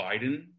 Biden